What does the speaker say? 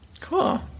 Cool